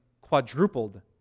quadrupled